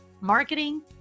marketing